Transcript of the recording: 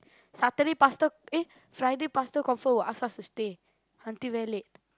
Saturday pastor eh Friday pastor confirm will ask us to stay until very late